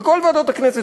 וכל ועדות הכנסת,